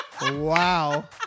Wow